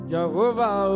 Jehovah